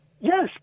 Yes